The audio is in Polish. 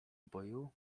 boju